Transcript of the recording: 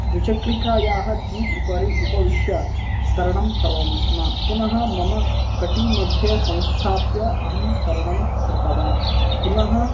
द्विचक्रिकायाः ट्यूब् उपरि उपविश्य तरणं करोमि स्म पुनः मम कटिमध्ये संस्थाप्य अहं तरणं कृतवान् पुनः